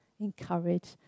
encourage